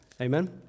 Amen